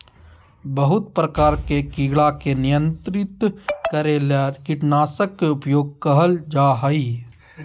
बहुत प्रकार के कीड़ा के नियंत्रित करे ले कीटनाशक के उपयोग कयल जा हइ